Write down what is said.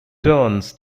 turns